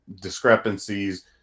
discrepancies